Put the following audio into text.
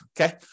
okay